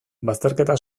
bazterketa